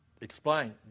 explain